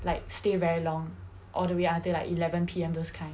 like stay very long all the way until like eleven P_M those kind